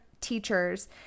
teachers